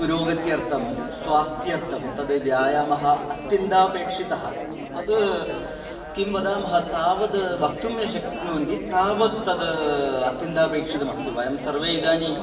पुरोगत्यर्थं स्वास्थ्यर्थं तद् व्यायामः अत्यन्तमपेक्षितः तद् किं वदामः तावद् वक्तुं न शक्नुवन्ति तावद् तद् अत्यन्तमपेक्षितमस्ति वयं सर्वे इदानीम्